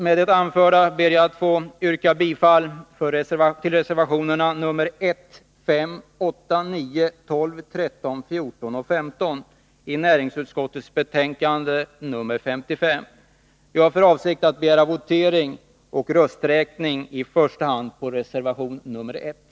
Med det anförda ber jag att få yrka bifall till reservationerna 1, 5, 8,9, 12, 13, 14 och 15 till näringsutskottets betänkande nr 55. Jag har för avsikt att begära votering och rösträkning i första hand beträffande reservation 1.